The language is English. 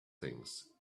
things